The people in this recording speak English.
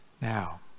Now